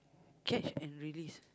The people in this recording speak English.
catch and release